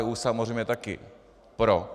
KDU samozřejmě taky pro.